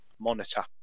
monitor